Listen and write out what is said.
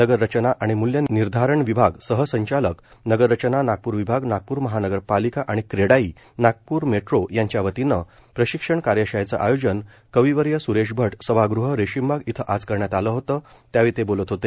नगररचना आणि मूल्यनिर्धारण विभाग सहसंचालक नगर रचना नागपूर विभाग नागपूर महानगरपालिका आणि क्रेडाई नागपूर मेट्टो यांच्या वतीने प्रशिक्षण कार्यशाळेचे आयोजन कविवर्य सुरेश भट सभागृह रेशीमबाग येथे आज करण्यात आले होते त्यावेळी ते बोलत होते